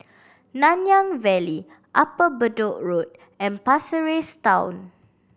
Nanyang Valley Upper Bedok Road and Pasir Ris Town